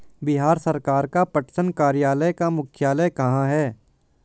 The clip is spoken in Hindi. बिहार सरकार का पटसन कार्यालय का मुख्यालय कहाँ है?